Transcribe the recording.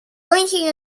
blinking